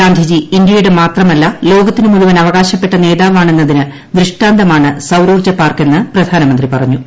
ഗാന്ധിജി ഇന്ത്യയുടെ മാത്രമല്ല ലോകത്തിന് മുഴുവൻ അവകാശപ്പെട്ട നേതാവാണെന്നതിന് ദൃഷ്ടാന്തമാണ് സൌരോർജ്ജ പാർക്കെന്ന് പ്രധാനമന്ത്രി പറഞ്ഞു